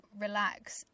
relax